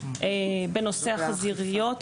בנושא החזיריות,